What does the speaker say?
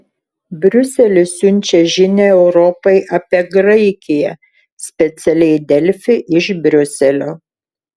briuselis siunčia žinią europai apie graikiją specialiai delfi iš briuselio